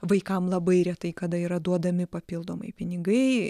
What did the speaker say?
vaikam labai retai kada yra duodami papildomai pinigai